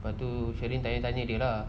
lepas tu sheryn tanya-tanya dia lah